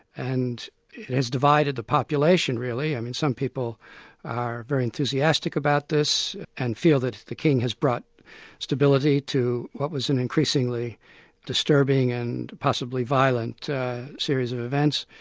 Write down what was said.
and has divided the population really. and some people are very enthusiastic about this and feel that the king has brought stability to what was an increasingly disturbing and possibly violent series of events,